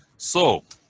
so